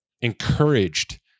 encouraged